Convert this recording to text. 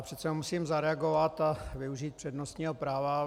Přece jenom musím zareagovat a využít přednostního práva.